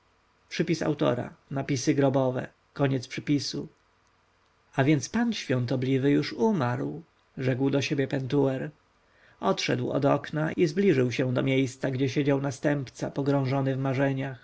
bogiem o ty ty ozyrys-ramzesie a więc pan świątobliwy już umarł rzekł do siebie pentuer odszedł od okna i zbliżył się do miejsca gdzie siedział następca pogrążony w marzeniach